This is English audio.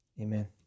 amen